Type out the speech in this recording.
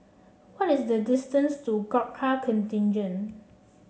what is the distance to Gurkha Contingent